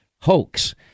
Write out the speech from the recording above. hoax